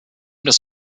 das